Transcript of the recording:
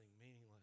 meaningless